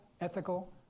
ethical